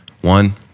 one